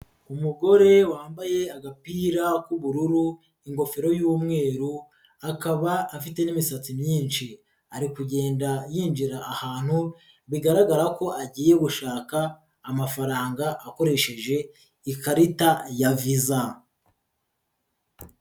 Umugore wambaye agapira k'ubururu, ingofero y'umweru akaba afite n'imisatsi myinshi, ari kugenda yinjira ahantu bigaragara ko agiye gushaka amafaranga akoresheje ikarita ya visa.